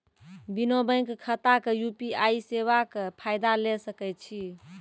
बिना बैंक खाताक यु.पी.आई सेवाक फायदा ले सकै छी?